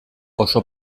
oso